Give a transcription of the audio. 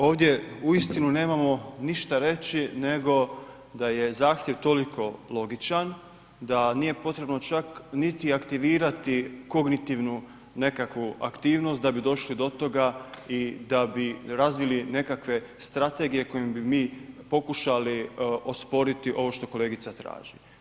Ovdje uistinu nemamo ništa reći nego da je zahtjev toliko logičan da nije potrebno čak niti aktivirati kognitivnu nekakvu aktivnost da bi došli do toga i da bi razvili nekakve strategije kojim bi mi pokušali osporiti ovo što kolegica traži.